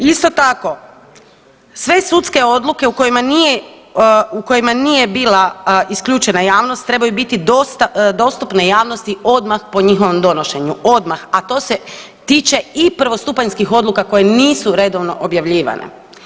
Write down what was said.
Isto tako sve sudske odluke u kojima nije bila isključena javnost trebaju biti dostupne javnosti odmah po njihovom donošenju, odmah, a to se tiče i prvostupanjskih odluka koje nisu redovno objavljivane.